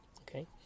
okay